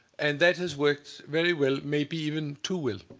and that has worked very well, maybe even too well.